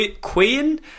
Queen